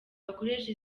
bakoresha